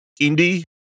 indie